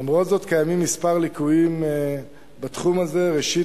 למרות זאת קיימים כמה ליקויים בתחום הזה: ראשית,